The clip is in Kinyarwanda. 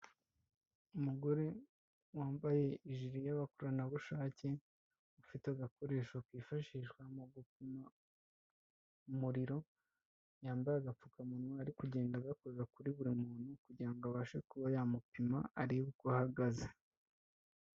Umugore wambaye ijiri y'abakoranabushake, afite agakoresho kifashishwa mu gupima umuriro, yambaye agapfukamunwa ari kugenda gakoza kuri buri muntu kugira ngo abashe kuba yamupima arebe uko ahagaze.